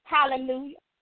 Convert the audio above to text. Hallelujah